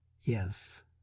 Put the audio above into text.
Yes